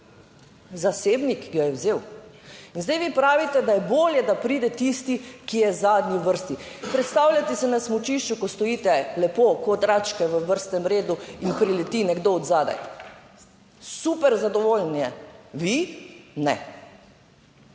Zasebnik ga je vzel. In zdaj vi pravite, da je bolje, da pride tisti, ki je zadnji v vrsti. In predstavljajte si na smučišču, ko stojite, lepo ko račke v vrstnem redu in prileti nekdo od zadaj, super zadovoljen je, vi ne.